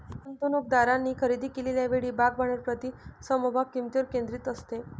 गुंतवणूकदारांनी खरेदी केलेल्या वेळी भाग भांडवल प्रति समभाग किंमतीवर केंद्रित असते